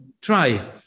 try